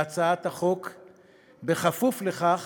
בהצעת החוק בכפוף לכך,